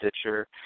Stitcher